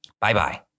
Bye-bye